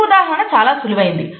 ఈ ఉదాహరణ చాలా సులువైనది